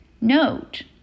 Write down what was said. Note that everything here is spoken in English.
Note